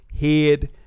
head